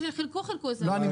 שלום וברכה.